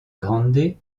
grande